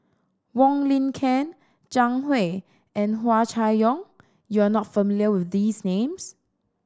Wong Lin Ken Zhang Hui and Hua Chai Yong you are not familiar with these names